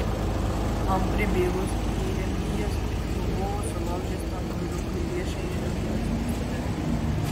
man pribėgus jeremijas jau buvo sulaužęs tam vyrukui riešą ir atėmęs pistoletą